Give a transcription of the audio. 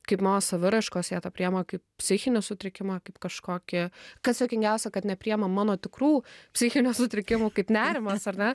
kaip mano saviraiškos jie tą priima kaip psichinį sutrikimą kaip kažkokį kas juokingiausia kad nepriima mano tikrų psichinių sutrikimų kaip nerimas ar ne